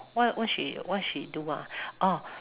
what she what she do ah